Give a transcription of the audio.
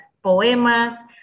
poemas